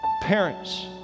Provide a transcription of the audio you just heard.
Parents